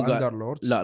Underlords